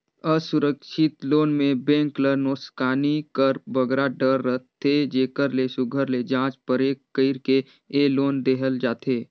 असुरक्छित लोन में बेंक ल नोसकानी कर बगरा डर रहथे जेकर ले सुग्घर ले जाँच परेख कइर के ए लोन देहल जाथे